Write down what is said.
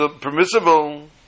permissible